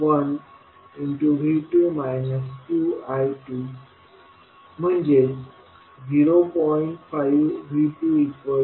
5V24I2मिळेल